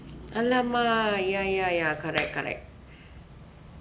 !alamak! ya ya ya correct correct